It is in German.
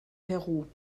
peru